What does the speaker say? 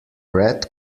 red